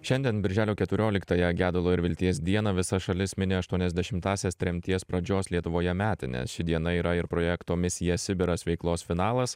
šiandien birželio keturioliktąją gedulo ir vilties dieną visa šalis mini aštuoniasdešimtąsias tremties pradžios lietuvoje metines ši diena yra ir projekto misija sibiras veiklos finalas